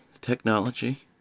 technology